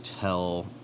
tell